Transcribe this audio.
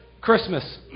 Christmas